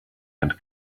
and